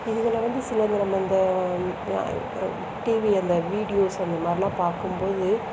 இதில் வந்து சிலது நம்ம அந்த டீவி அந்த வீடியோஸ் அந்தமாதிரிலாம் பார்க்கும்போது